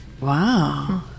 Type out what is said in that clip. wow